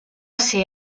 ser